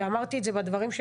ואמרתי את זה בדברים שלי,